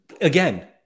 Again